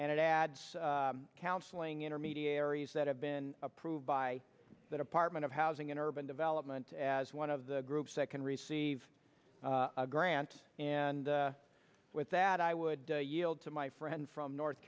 and it adds counseling intermediaries that have been approved by the department of housing and urban development as one of the groups that can receive a grant and with that i would yield to my friend from north